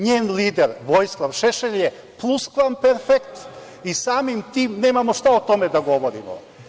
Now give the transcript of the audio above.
NJen lider Vojislav Šešelj je pluskvamperfekat i, samim tim, nemamo šta o tome da govorimo.